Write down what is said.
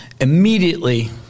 Immediately